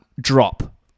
drop